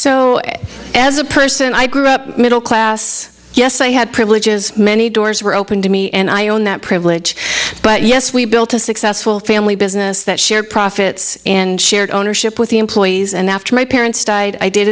so as a person i grew up middle class yes i had privileges many doors were open to me and i own that privilege but yes we built a successful family business that shared profits and shared ownership with the employees and after my parents died i did